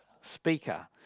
speaker